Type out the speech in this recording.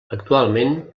actualment